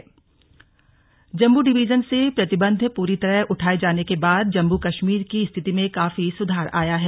slug Jammu Kashmir Jammu division से प्रतिबंध पूरी तरह उठाये जाने के बाद जम्मू कश्मीर की स्थिति में काफी सुधार आया है